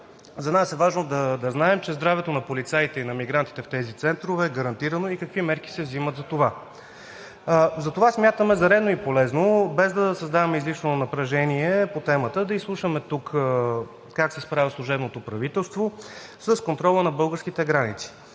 За нас е важно да знаем, че здравето на полицаите и на мигрантите в тези центрове е гарантирано и какви мерки се взимат за това. Затова смятаме за редно и полезно, без да създаваме излишно напрежение по темата, да изслушаме тук как се справя служебното правителство с контрола на българските граници